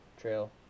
trail